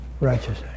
righteousness